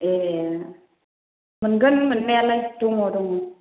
ए मोनगोन मोननायालाय दङ दङ